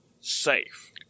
safe